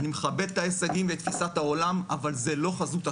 אני מכבד את ההישגים ואת תפיסת העולם אבל זו לא חזות הכול.